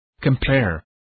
Compare